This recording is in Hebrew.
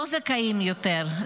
הם לא זכאים יותר,